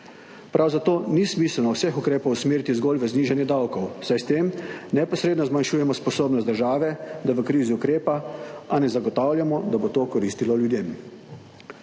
Prav zato ni smiselno vseh ukrepov usmeriti zgolj v znižanje davkov, saj s tem neposredno zmanjšujemo sposobnost države, da v krizi ukrepa, a ne zagotavljamo, da bo to koristilo ljudem.